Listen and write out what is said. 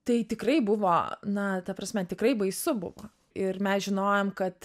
tai tikrai buvo na ta prasme tikrai baisu buvo ir mes žinojom kad